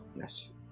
Yes